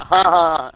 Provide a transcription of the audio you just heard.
हा हा हा